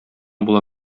була